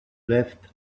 left